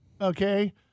Okay